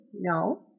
no